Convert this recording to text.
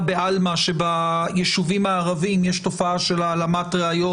בעלמא שביישובים הערביים יש תופעה של העלמת ראיות.